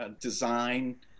design